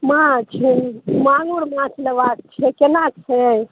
माछ माङ्गुर माछ लेबाके छै कोना छै